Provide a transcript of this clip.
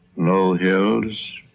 low hills,